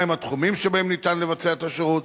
מהם התחומים שבהם ניתן לבצע את השירות,